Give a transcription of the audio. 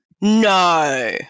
No